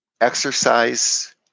exercise